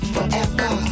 Forever